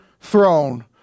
throne